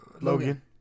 Logan